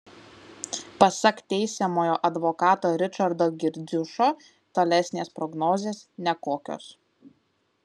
pasak teisiamojo advokato ričardo girdziušo tolesnės prognozės nekokios